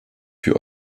für